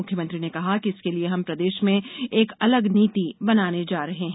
मुख्यमंत्री ने कहा कि इसके लिए हम प्रदेश में एक अलग नीति बनाने जा रहे है